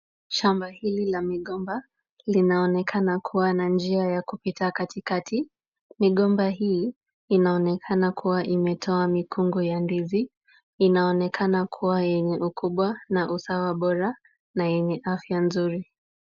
Shamba hili la migomba, linaonekana kuwa na njia ya kupita katikati. Migomba hii inaonekana kuwa imetoa mikungu ya ndizi. Inaonekana kuwa yenye ukubwa na usawa bora na yenye afya nzuri.